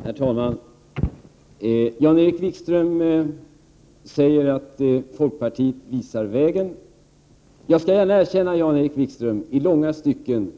Prot. 1988/89:60 Herr talman! Jan-Erik Wikström säger att folkpartiet visar vägen. Jag skall 2 februari 1989 gärna erkänna